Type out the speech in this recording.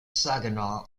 saginaw